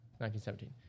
1917